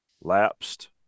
lapsed